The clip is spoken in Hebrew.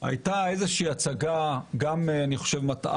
הייתה איזושהי הצגה מטעה,